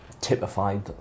typified